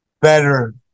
better